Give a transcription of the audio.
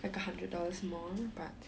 like a hundred dollars more but